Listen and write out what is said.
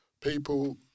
people